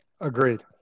Agreed